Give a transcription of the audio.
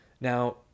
Now